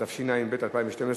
התשע"ב 2012,